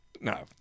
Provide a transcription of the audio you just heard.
No